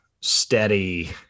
steady